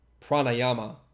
pranayama